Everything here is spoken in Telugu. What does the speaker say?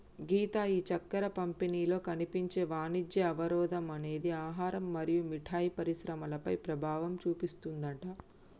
గీత ఈ చక్కెర పంపిణీలో కనిపించే వాణిజ్య అవరోధం అనేది ఆహారం మరియు మిఠాయి పరిశ్రమలపై ప్రభావం చూపిస్తుందట